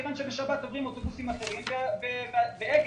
כיוון שבשבת עוברים אוטובוסים אחרים ומפעילי